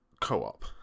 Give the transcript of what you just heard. co-op